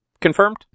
confirmed